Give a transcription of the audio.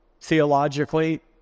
theologically